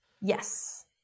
Yes